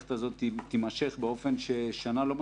שהמערכת הזאת תימשך באופן ששנה זה לא מספיק.